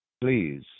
Please